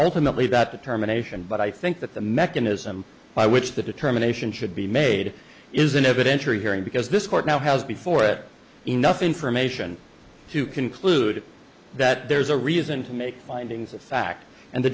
ultimately that determination but i think that the mechanism by which the determination should be made is an evidentiary hearing because this court now has before it enough information to conclude that there's a reason to make findings of fact and the